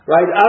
Right